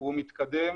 הוא מתקדם.